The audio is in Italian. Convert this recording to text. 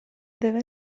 deve